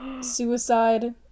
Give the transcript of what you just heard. Suicide